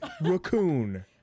Raccoon